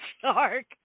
Shark